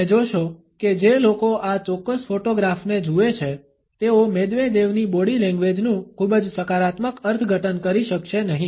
તમે જોશો કે જે લોકો આ ચોક્કસ ફોટોગ્રાફને જુએ છે તેઓ મેદવેદેવની બોડી લેંગ્વેજનું ખૂબ જ સકારાત્મક અર્થઘટન કરી શકશે નહીં